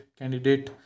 candidate